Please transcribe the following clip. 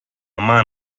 man